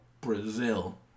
Brazil